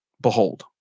behold